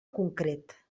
concret